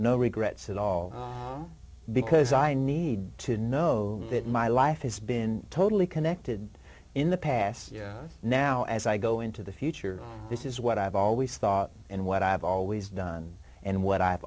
no regrets at all because i need to know that my life has been totally connected in the past now as i go into the future this is what i've always thought and what i've always done and what i've